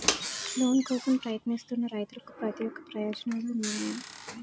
Loan కోసం ప్రయత్నిస్తున్న రైతులకు ప్రత్యేక ప్రయోజనాలు ఉన్నాయా?